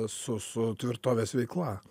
su su tvirtovės veikla